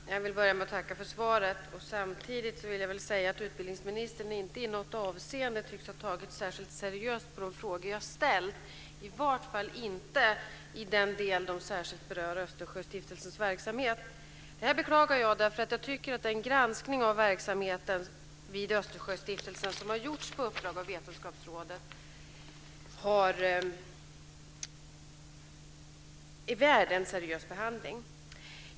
Fru talman! Jag vill börja med att tacka för svaret. Samtidigt vill jag säga att utbildningsministern inte i något avseende tycks ha tagit så seriöst på de frågor jag har ställt, i varje fall inte i den del som de särskilt berör Östersjöstiftelsens verksamhet. Det beklagar jag, därför att jag tycker att den granskning av verksamheten vid Östersjöstiftelsen som har gjorts på uppdrag av Vetenskapsakademien är värd en seriös behandling.